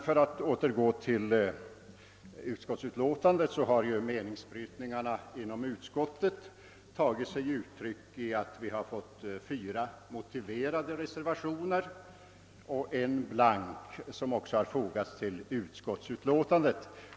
För att återgå till utskottsutlåtandet kan sägas att meningsbrytningarna inom utskottet tagit sig utryck däri att fyra motiverade reservationer och en blank reservation har fogats till utskottets utlåtande.